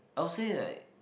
I would say like